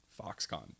Foxconn